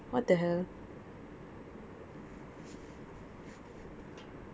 அதான் உனக்கு என்ன எங்கே காடி ஏறணும் இறங்கணும் தெரியாதா:athaan unakku enna enge kaadi eranum iranganumnu theriyatha what the hell